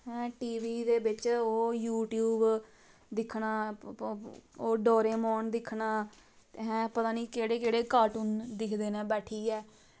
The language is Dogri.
टी वी दे बिच्च ओह् यू टयूव दिक्खना ओह् डोरेमोन दिक्खना अहें पता नी केह्ड़े केह्ड़े कार्टून दिखदे न बैठियै